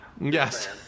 Yes